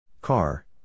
Car